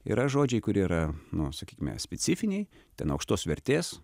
yra žodžiai kur yra nu sakykime specifiniai ten aukštos vertės